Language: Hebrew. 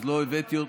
אז לא הבאתי אותו.